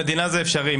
למדינה זה אפשרי.